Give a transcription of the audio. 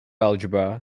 algebra